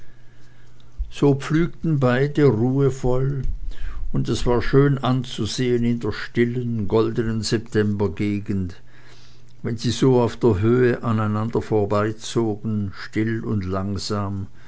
so pflügten beide ruhevoll und es war schön anzusehen in der stillen goldenen septembergegend wenn sie so auf der höhe aneinander vorbeizogen still und langsam